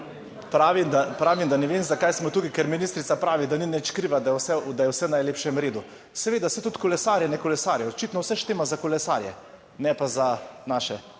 pravim, da ne vem zakaj smo tukaj, ker ministrica pravi, da ni nič kriva, da je vse v najlepšem redu. Seveda, saj tudi kolesarji ne kolesarijo, očitno vse štima za kolesarje, ne pa za naše